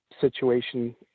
situation